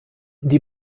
die